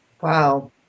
wow